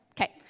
Okay